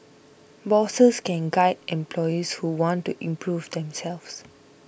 bosses can guide employees who want to improve themselves